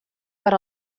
per